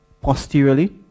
Posteriorly